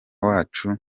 wacu